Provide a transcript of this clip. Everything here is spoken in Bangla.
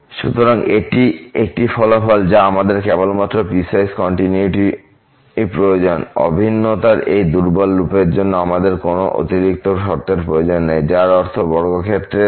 সুতরাং এটি একটি ফলাফল যা আমাদের কেবলমাত্র পিসওয়াইস কন্টিনিউয়িটি প্রয়োজন অভিন্নতার এই দুর্বল রূপের জন্য আমাদের কোনও অতিরিক্ত শর্তের প্রয়োজন নেই যার অর্থ বর্গক্ষেত্রের সংমিশ্রণ